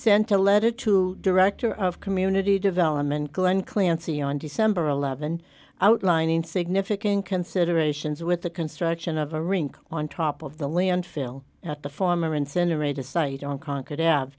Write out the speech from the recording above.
sent a letter to director of community development glen clancy on december th outlining significant considerations with the construction of a rink on top of the landfill at the former incinerator site on con